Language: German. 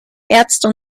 ärzte